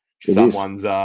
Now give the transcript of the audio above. someone's